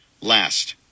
Last